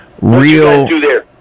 real